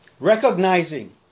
Recognizing